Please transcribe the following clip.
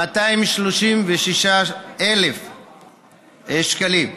236,000 שקלים.